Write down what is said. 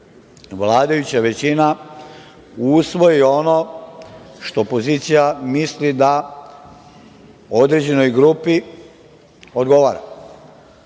vladajuća većina usvoji ono što opozicija misli da određenoj grupi odgovara.